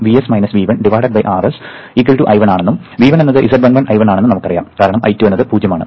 Vs V1 Rs I1 ആണെന്നും V1 എന്നത് z11 I1 ആണെന്നും നമുക്കറിയാം കാരണം I2 എന്നത് 0 ആണ്